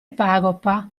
pagopa